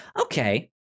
Okay